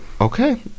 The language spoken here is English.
okay